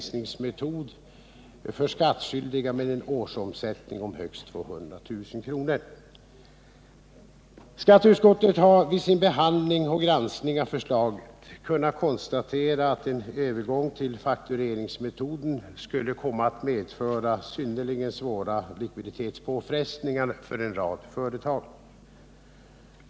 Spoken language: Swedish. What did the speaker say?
Skatteutskottet har vid sin behandling och granskning av förslaget kunnat konstatera att en övergång till faktureringsmetoden skulle komma att medföra synnerligen svåra likviditetspåfrestningar för en rad företag.